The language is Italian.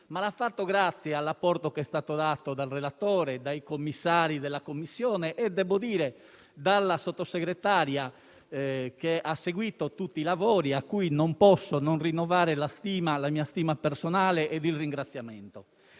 ma lo ha fatto grazie all'apporto che è stato dato dal relatore, dai componenti delle Commissioni e dalla Sottosegretaria che ha seguito tutti i lavori, a cui non posso non rinnovare la mia stima personale ed il ringraziamento